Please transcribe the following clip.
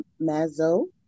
MAZO